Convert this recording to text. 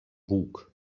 bug